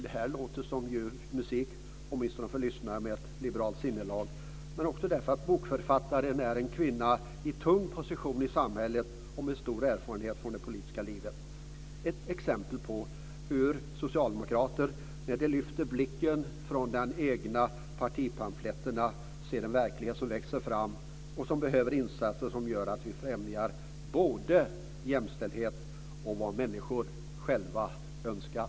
Det låter som ljuv musik åtminstone för lyssnare med ett liberalt sinnelag, men också därför att författaren är en kvinna med tung position i samhället och med stor erfarenhet från det politiska livet. Det är ett exempel på hur socialdemokrater, när de lyfter blicken från de egna partipamfletterna, ser en verklighet som växer fram och som behöver insatser som gör att vi främjar både jämställdhet och det som människorna själva önskar.